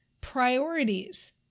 priorities